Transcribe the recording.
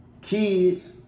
kids